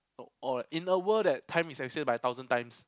or in a world that time is extended by a thousand times